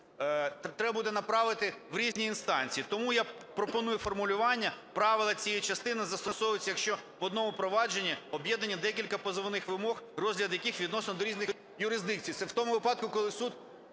треба буде направити в різні інстанції. Тому я пропоную формулювання: "правила цієї частини застосовуються, якщо в одному провадженні об'єднані декілька позовних вимог, розгляд яких віднесений до різних юрисдикцій". Це в тому випадку, коли суд…